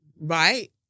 right